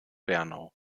bernau